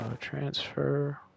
transfer